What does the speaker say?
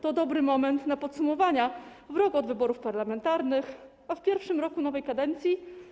To dobry moment na podsumowania, po roku od wyborów parlamentarnych, a w pierwszym roku nowej kadencji.